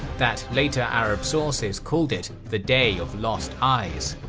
that later arab sources called it the day of lost eyes.